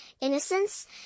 innocence